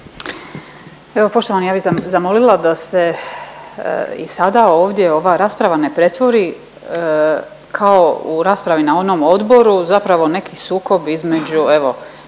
Evo poštovani ja sam zamolila da se i sada ovdje ova rasprava ne pretvori kao u raspravi na onom odboru zapravo neki sukob između evo